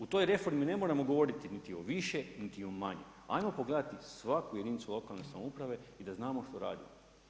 U toj reformi ne moramo govoriti niti o više niti o manje, ajmo pogledati svaku jedinicu lokalne samouprave i da znamo što radimo.